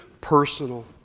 personal